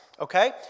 Okay